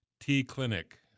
T-Clinic